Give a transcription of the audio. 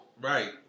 Right